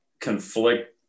conflict